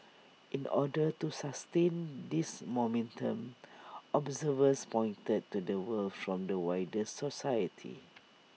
in order to sustain this momentum observers pointed to the support from the wider society